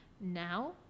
Now